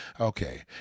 okay